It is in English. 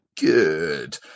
Good